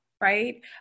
right